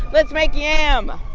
let's make yam